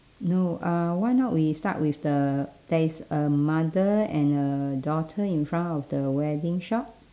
no uh why not we start with the there is a mother and a daughter in front of the wedding shop